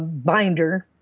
binder.